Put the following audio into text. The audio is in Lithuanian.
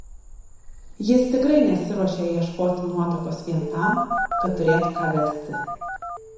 jis tikrai nesiruošė ieškoti nuotakos vien tam kad turėtų ką vesti